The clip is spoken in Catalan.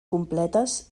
completes